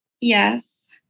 Yes